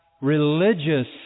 religious